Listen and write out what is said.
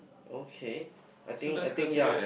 okay I think I think yea